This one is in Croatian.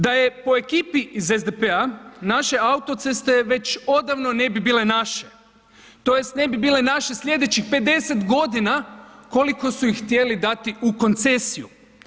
Da je po ekipi iz SDP-a, naše autoceste već odavno ne bi bile naše, tj. ne bi bile naše slijedećih 50 g. koliko su ih htjeli dati u koncesiju.